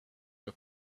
the